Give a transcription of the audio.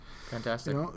Fantastic